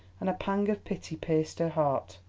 and a pang of pity pierced her heart.